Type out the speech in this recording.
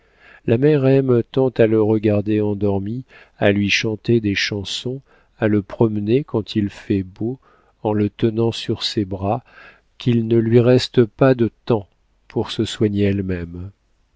la mère aime tant à le regarder endormi à lui chanter des chansons à le promener quand il fait beau en le tenant sur ses bras qu'il ne lui reste pas de temps pour se soigner elle-même